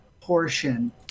portion